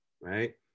right